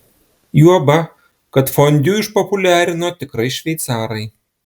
juoba kad fondiu išpopuliarino tikrai šveicarai